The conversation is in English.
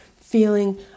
feeling